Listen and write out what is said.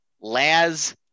Laz